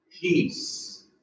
Peace